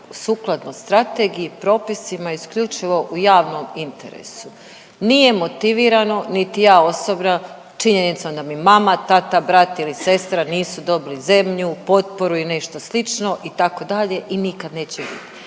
sukladno strategiji, propisima isključivo u javnom interesu. Nije motivirano niti ja osobno činjenicom da mi mama, tata, brat ili sestra nisu dobili zemlju, potporu i nešto slično, itd., i nikad neće biti